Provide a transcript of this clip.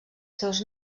seus